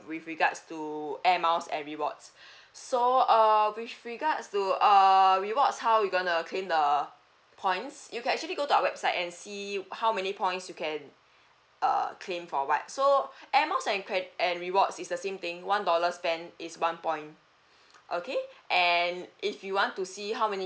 with regards to Air Miles and rewards so err with regards to err rewards how you gonna claim the points you can actually go to our website and see how many points you can err claim for what so Air Miles and cred~ and rewards is the same thing one dollar spent is one point okay and if you want to see how many